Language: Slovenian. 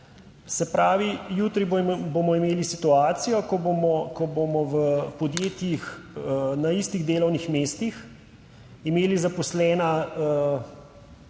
Se pravi jutri bomo imeli situacijo, ko bomo v podjetjih na istih delovnih mestih imeli zaposlena